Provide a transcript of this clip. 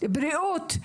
בריאות,